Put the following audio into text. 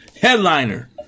headliner